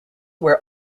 were